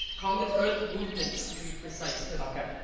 kangen earth movement to be precise because okay.